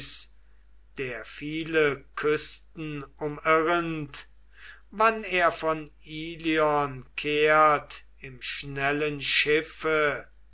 der viele küsten umirrend wann er von ilion kehrt im schnellen schiffe